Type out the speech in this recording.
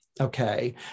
Okay